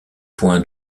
points